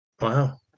Wow